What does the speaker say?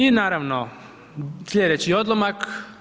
I naravno, sljedeći odlomak.